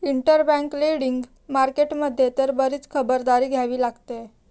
interbank lending market मध्ये तर बरीच खबरदारी घ्यावी लागते